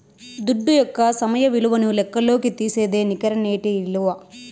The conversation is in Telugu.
దుడ్డు యొక్క సమయ విలువను లెక్కల్లోకి తీసేదే నికర నేటి ఇలువ